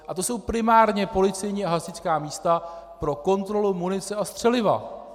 A to jsou primárně policejní a hasičská místa pro kontrolu munice a střeliva.